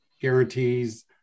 guarantees